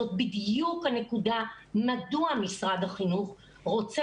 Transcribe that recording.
זאת בדיוק הנקודה מדוע משאד החינוך רוצה